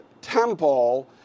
temple